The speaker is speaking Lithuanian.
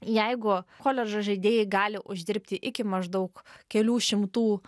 jeigu koledžo žaidėjai gali uždirbti iki maždaug kelių šimtų